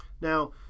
Now